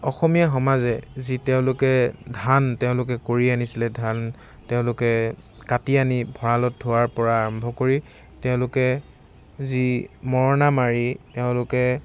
অসমীয়া সমাজে যি তেওঁলোকে ধান তেওঁলোকে কৰি আনিছিলে ধান তেওঁলোকে কাটি আনি ভঁৰালত ভৰোৱাৰ পৰা আৰম্ভ কৰি তেওঁলোকে যি মৰণা মাৰি তেওঁলোকে